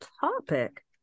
topic